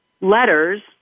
letters